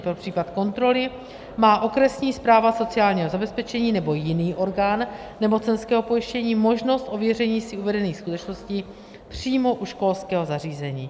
Pro případ kontroly má okresní správa sociálního zabezpečení nebo jiný orgán nemocenského pojištění možnost ověření si uvedených skutečností přímo u školského zařízení.